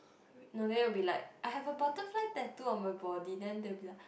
no then you will be like I have a butterfly tattoo on my body then they will be like